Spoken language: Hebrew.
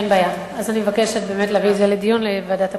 אז אני מבקשת להביא את זה לדיון בוועדת הפנים.